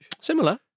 Similar